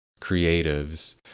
creatives